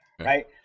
right